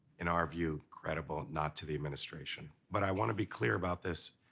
in our view, credible. not to the administration. but i want to be clear about this,